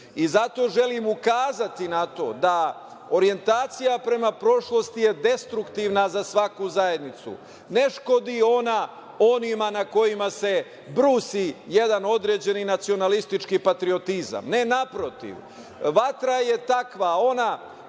Zato želim ukazati na to da orjentacija prema prošlosti je destruktivna za svaku zajednicu. Ne škodi ona onima na kojima se brusi jedan određeni nacionalistički patriotizam. Ne, naprotiv, vatra je takva, ona